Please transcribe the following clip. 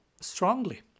strongly